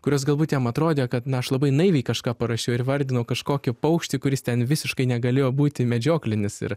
kurios galbūt jam atrodė kad na aš labai naiviai kažką parašiau ir vardinau kažkokį paukštį kuris ten visiškai negalėjo būti medžioklinis ir